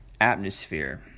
atmosphere